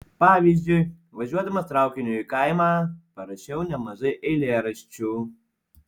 pavyzdžiui važiuodamas traukiniu į kaimą parašiau nemažai eilėraščių